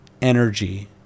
energy